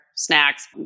snacks